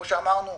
כמו שאמרנו,